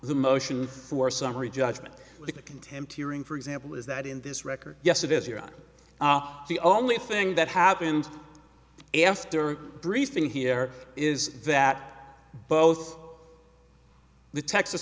the motion for summary judgment with a contempt hearing for example is that in this record yes it is here on the only thing that happened after briefing here is that both the texas